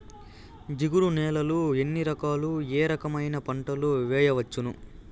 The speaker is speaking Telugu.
జిగురు నేలలు ఎన్ని రకాలు ఏ రకమైన పంటలు వేయవచ్చును?